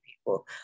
people